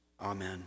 Amen